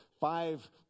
five